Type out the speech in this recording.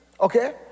okay